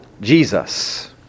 Jesus